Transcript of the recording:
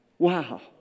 Wow